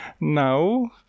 now